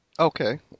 Okay